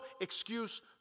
excuse